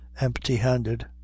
empty-handed